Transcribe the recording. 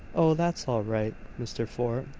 oh, that's all right, mr. fort,